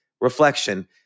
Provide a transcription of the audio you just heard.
reflection